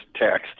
text